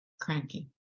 Cranky